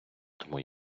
тому